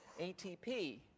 ATP